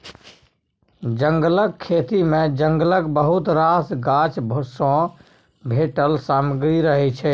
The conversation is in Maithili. जंगलक खेती मे जंगलक बहुत रास गाछ सँ भेटल सामग्री रहय छै